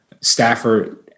Stafford